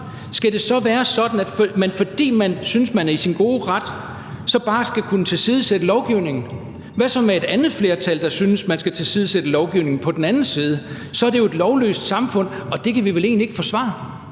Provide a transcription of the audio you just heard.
Skal det så være sådan, at man, fordi man synes, man er i sin gode ret, så bare skal kunne tilsidesætte lovgivningen? Hvad så med et andet flertal, der synes, man skal tilsidesætte lovgivningen på den anden side? Så er det jo et lovløst samfund, og det kan vi vel egentlig ikke forsvare